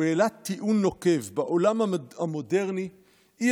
הוא העלה טיעון נוקב: בעולם המודרני אי-אפשר